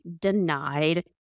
denied